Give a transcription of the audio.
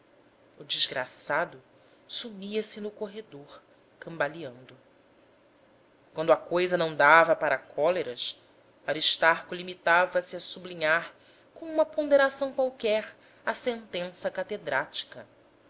o desgraçado sumia-se no corredor cambaleando quando a coisa não dava para cóleras aristarco limitava-se a sublinhar com uma ponderação qualquer a sentença catedrática